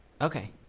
Okay